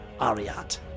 Ariat